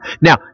Now